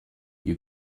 you